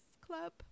Club